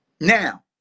Now